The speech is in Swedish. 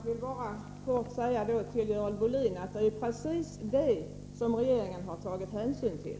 Herr talman! Låt mig kort säga till Görel Bohlin att det är precis vad regeringen har tagit hänsyn till.